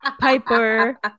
piper